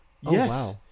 Yes